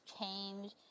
change